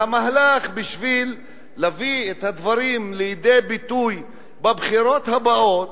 והמהלך הוא בשביל להביא את הדברים לידי ביטוי בבחירות הבאות,